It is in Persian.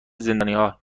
زندانیها